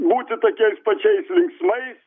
būti tokiais pačiais linksmais